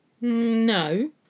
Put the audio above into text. No